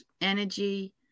energy